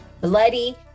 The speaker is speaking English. bloody